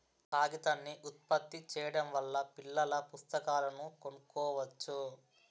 కాగితాన్ని ఉత్పత్తి చేయడం వల్ల పిల్లల పుస్తకాలను కొనుక్కోవచ్చు